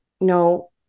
no